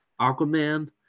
Aquaman